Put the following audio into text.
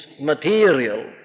material